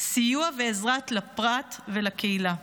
סיוע ועזרה לפרט ולקהילה.